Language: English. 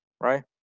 right